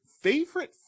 favorite